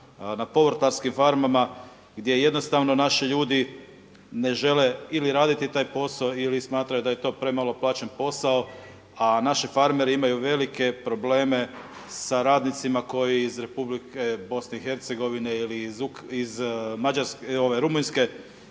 na povrtlarskim farmama gdje jednostavno naši ljudi ne žele ili raditi taj posao ili smatraju da je to premalo plaćen posao, a naši farmeri imaju velike probleme sa radnicima koji iz Republike Bosne i Hercegovine i iz Rumunjske